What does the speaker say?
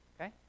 Okay